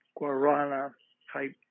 guarana-type